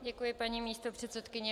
Děkuji, paní místopředsedkyně.